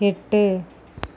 எட்டு